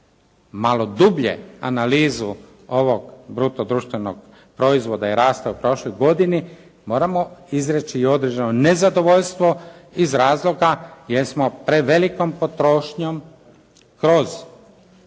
malo dublje analizu ovog bruto društvenog proizvoda i rasta u prošloj godini moramo izreći i određeno nezadovoljstvo iz razloga jer smo prevelikom potrošnjom kroz